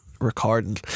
recording